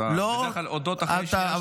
בדרך כלל תודות זה אחרי שנייה-שלישית.